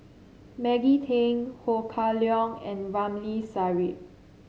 Maggie Teng Ho Kah Leong and Ramli Sarip